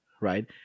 right